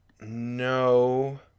No